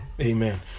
amen